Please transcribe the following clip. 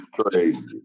crazy